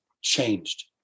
changed